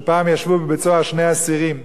שפעם ישבו בבית-סוהר שני אסירים,